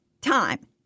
time